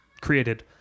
created